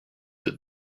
that